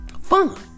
fun